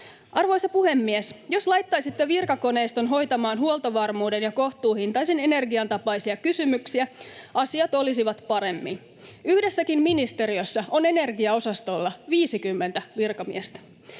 Arvoisa puhemies! Jos laittaisitte virkakoneiston hoitamaan huoltovarmuuden ja kohtuuhintaisen energian tapaisia kysymyksiä, asiat olisivat paremmin. Yhdessäkin ministeriössä on energiaosastolla 50 virkamiestä.